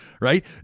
right